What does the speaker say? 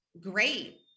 great